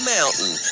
Mountain